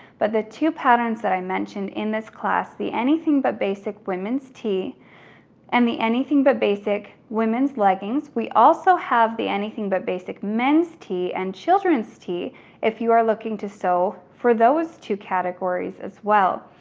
but the two patterns that i mentioned in this class, the anything but basic women's tee and the anything but basic women's leggings, we also have the anything but basic men's tee and children's tee if you are looking to sow for those two categories as well.